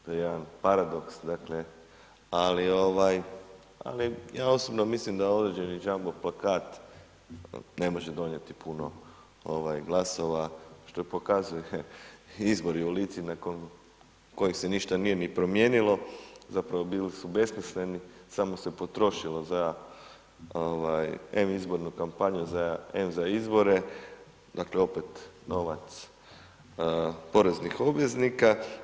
To je jedan paradoks, ali ovaj ja osobno mislim da određeni jumbo plakat ne može donijeti puno glasova što i pokazuju izbori u Lici nakon kojih se ništa nije ni promijenilo, zapravo bili su besmisleni, samo se potrošilo za ovaj em izbornu kampanju, za em za izbore, dakle opet novac poreznih obveznika.